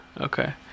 okay